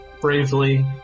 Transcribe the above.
bravely